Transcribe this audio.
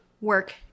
work